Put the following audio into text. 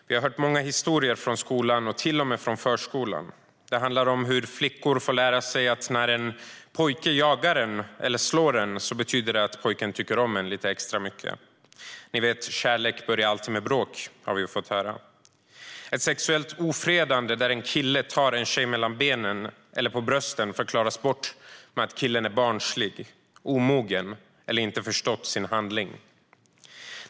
Vi har hört många historier från skolan och till och med förskolan om hur flickor får lära sig att när en pojke jagar eller slår en betyder det att pojken tycker om en lite extra mycket; ni vet det där man har fått höra om att kärlek alltid börjar med bråk. Sexuellt ofredande, när en kille tar en tjej mellan benen eller på brösten, förklaras bort med att killen är barnslig, omogen eller inte har förstått sin handling.